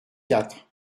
quatre